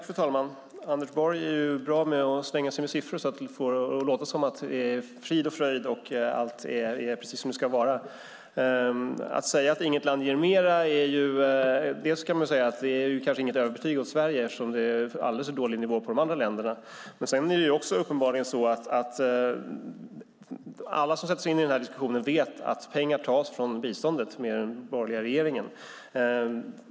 Fru talman! Anders Borg är bra på att slänga sig med siffror för att få det att låta som att allt är frid och fröjd och precis som det ska vara. Att säga att inget land ger mer är kanske inget överbetyg åt Sverige, eftersom det är alldeles för dålig nivå på de andra länderna. Sedan är det uppenbarligen så att alla som sätter sig in i den här diskussionen vet att pengar tas från biståndet med den borgerliga regeringen.